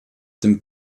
dem